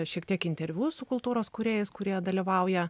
šiek tiek interviu su kultūros kūrėjais kurie dalyvauja